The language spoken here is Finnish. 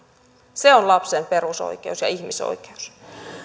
se on lapsen perusoikeus ja ihmisoikeus